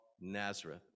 Nazareth